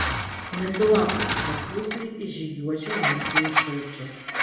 nesulauksi kad klusniai išžygiuočiau mirti iš šalčio